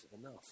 enough